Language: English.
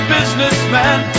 Businessman